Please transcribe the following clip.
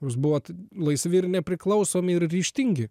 jūs buvot laisvi ir nepriklausomi ir ryžtingi